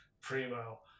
primo